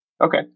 Okay